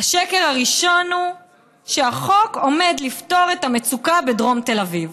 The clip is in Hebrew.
השקר הראשון הוא שהחוק עומד לפתור את המצוקה בדרום תל אביב.